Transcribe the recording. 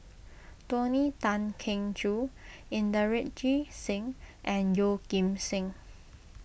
Tony Tan Keng Joo Inderjit Singh and Yeoh Ghim Seng